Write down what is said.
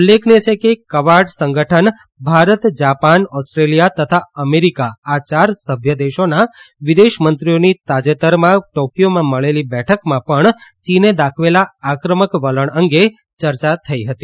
ઉલ્લેખનીય છે કે કવાડ સંગઠનના ભારત જાપાન ઓસ્ટ્રેલિયા તથા અમેરીકા આ ચાર સભ્ય દેશોના વિદેશમંત્રીઓની તાજેતરમાં ટોકીયોમાં મળેલી બેઠકમાં પણ ચીને દાખવેલા આક્રમક વલણ અંગે ચર્ચા થઇ હતી